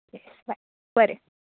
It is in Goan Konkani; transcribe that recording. यॅस बाय बरें